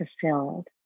fulfilled